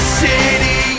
city